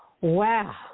Wow